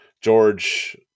George